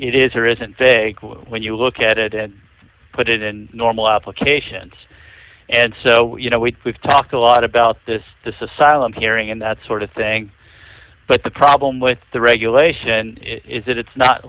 it is or isn't when you look at it and put it in normal application and so you know we've talked a lot about this the silent hearing and that sort of thing but the problem with the regulation is that it's not